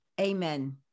Amen